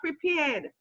prepared